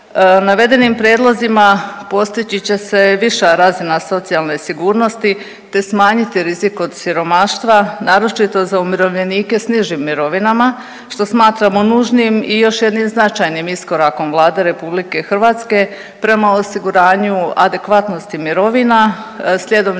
Navedenim prijedlozima postići će se viša razina socijalne sigurnosti te smanjiti rizik od siromaštva, naročito za umirovljenike s nižim mirovinama, što smatramo nužnim i još jednim značajnim iskorakom Vladom RH prema osiguranju adekvatnosti mirovina, slijedom